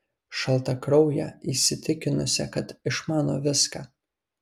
šaltakrauję įsitikinusią kad išmano viską